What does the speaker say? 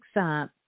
up